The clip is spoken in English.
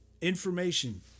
information